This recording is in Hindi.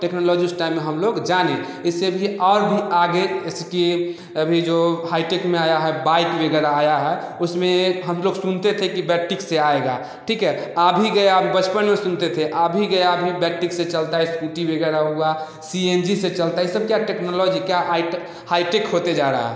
टेक्नोलॉजी उस टाइम में हम लोग जाने इससे भी और भी आगे इसके अभी जो हाईटेक में आया है बाइक वगैरह आया है उसमें हम लोग सुनते थे कि बैक्टिक से आएगा ठीक है आ भी गया अभी बचपन में सुनते थे आ भी गया अभी बैक्टिक से चलता है इस्कूटी वगैरह हुआ सी एन जी से चलता ये सब क्या टेक्नोलॉजी क्या आइटेक हाईटेक होते जा रहा है